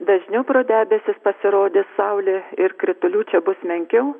dažniau pro debesis pasirodys saulė ir kritulių čia bus menkiau